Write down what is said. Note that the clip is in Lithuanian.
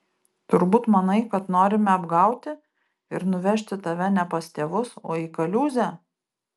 turbūt manai kad norime apgauti ir nuvežti tave ne pas tėvus o į kaliūzę